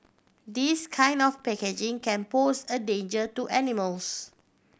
this kind of packaging can pose a danger to animals